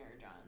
John